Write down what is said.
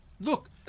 look